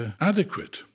adequate